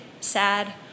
sad